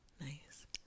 Nice